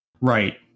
Right